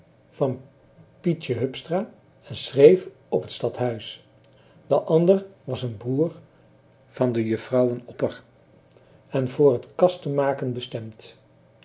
van pietje hupstra en schreef op t stadhuis de ander was een broer van de juffrouwen opper en voor t kastemaken bestemd